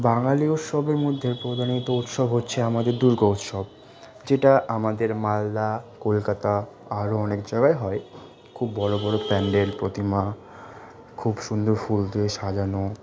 বাঙালি উৎসবের মধ্যে প্রধানত উৎসব হচ্ছে আমাদের দুর্গা উৎসব যেটা আমাদের মালদা কলকাতা আরও অনেক জায়গায় হয় খুব বড়ো বড়ো প্যান্ডেল প্রতিমা খুব সুন্দর ফুল দিয়ে সাজানো